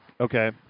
Okay